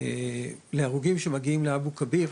שלהרוגים שמגיעים לאבו כביר,